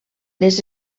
les